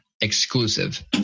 exclusive